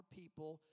people